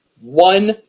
one